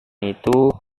itu